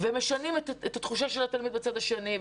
ומשנים את התחושה של התלמיד בצד השני,